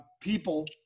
people